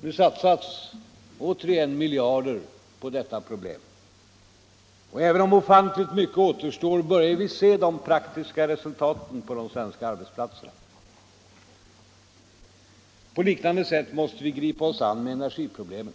Nu satsas återigen miljarder på dessa problem. Även om ofantligt mycket återstår börjar vi se de praktiska resultaten på de svenska arbetsplatserna. På liknande sätt måste vi gripa oss an med energiproblemen.